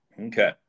Okay